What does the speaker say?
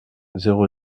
zéro